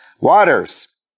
Waters